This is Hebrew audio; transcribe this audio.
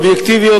אובייקטיביות,